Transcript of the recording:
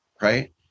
right